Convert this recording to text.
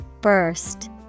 Burst